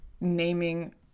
naming